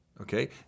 okay